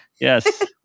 Yes